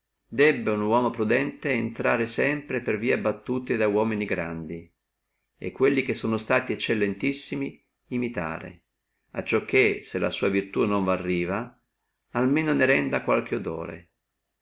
uno uomo prudente intrare sempre per vie battute da uomini grandi e quelli che sono stati eccellentissimi imitare acciò che se la sua virtù non vi arriva almeno ne renda qualche odore